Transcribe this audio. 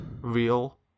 real